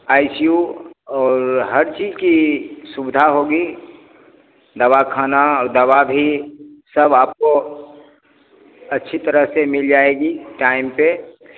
आई C U और हर चीज़ की सुविधा होगी दवाख़ाना और दवा भी सब आपको अच्छी तरह से मिल जाएगी टाइम पर